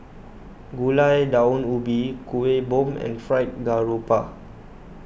Gulai Daun Ubi Kueh Bom and Fried Garoupa